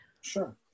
Sure